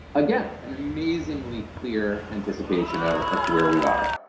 again, an amazingly clear anticipation ah of where we are.